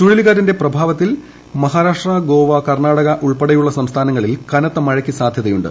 ചുഴലിക്കാറ്റിന്റെ പ്രഭാവത്തിൽ മഹാരാഷ്ട്ര ഗോവ കർണാടക ഉൾപ്പെടെയുള്ള സംസ്ഥാനങ്ങളിൽ കനത്ത മഴയ്ക്ക് സാധ്യതയുണ്ട്